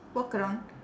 walk around